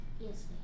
Yes